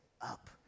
up